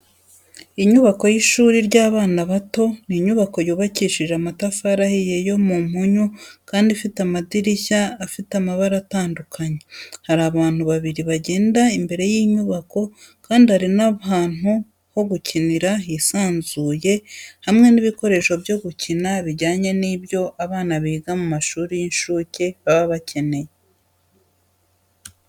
Inyubako y’ishuri ry’abana bato ni iinyubako yubakishije amatafari ahiye ya mpunyu kandi ifite amadirishya afite amabara atandukanye, hari abantu babiri bagenda imbere y’inyubako, kandi hari n'ahantu ho gukinira hisanzuye hamwe n'ibikoresho byo gukina bijyanye n'ibyo abana biga mu mashuri y'incuke baba bakeneye.